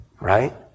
right